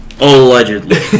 Allegedly